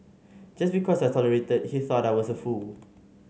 just because I tolerated he thought I was a fool